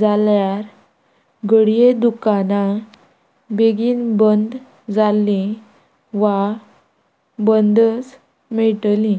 जाल्यार घडये दुकानां बेगीन बंद जाल्ली वा बंदच मेळटली